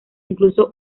incluso